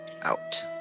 out